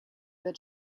that